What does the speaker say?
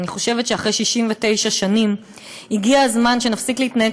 אני חושבת שאחרי 69 שנים הגיע הזמן שנפסיק להתנהג